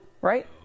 right